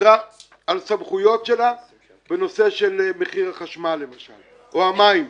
ויתרה על סמכויות שלה בנושא של מחיר החשמל למשל או המים.